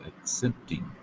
accepting